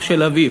אח של אביו,